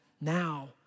now